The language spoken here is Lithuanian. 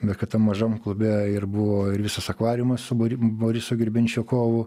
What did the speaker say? bet kad tam mažam klube ir buvo ir visas akvariumas su bori borisu grebenščikovu